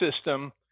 system